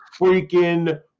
freaking